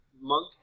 Monk